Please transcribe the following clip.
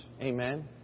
Amen